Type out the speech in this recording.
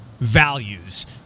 values